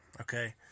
Okay